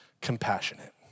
compassionate